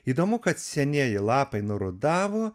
įdomu kad senieji lapai nurudavo